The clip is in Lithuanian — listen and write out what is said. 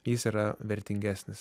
jis yra vertingesnis